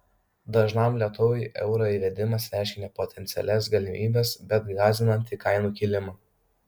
dažnam lietuviui euro įvedimas reiškia ne potencialias galimybes bet gąsdinantį kainų kilimą